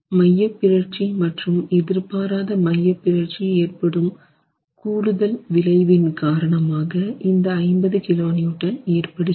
மையப்பிறழ்ச்சி மற்றும் எதிர்பாராத மையப்பிறழ்ச்சி மூலம் ஏற்படும் கூடுதல் விளைவின் காரணமாக இந்த 50 kN ஏற்படுகிறது